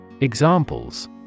Examples